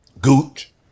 Gooch